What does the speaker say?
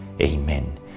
Amen